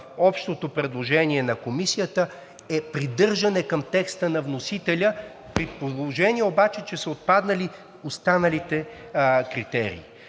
общото предложение на Комисията е придържане към текста на вносителя, при положение обаче че са отпаднали останалите критерии.